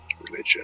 religion